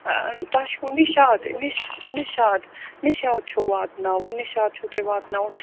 تُہۍ چھُو نِشاط نہِ نِشاط نِشاط چھُو واتناوُن نِشاط چھُو تُہۍ واتناوُن